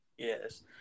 Yes